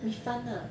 refund lah